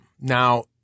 Now